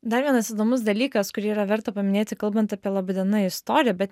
dar vienas įdomus dalykas kurį yra verta paminėti kalbant apie laba diena istoriją bet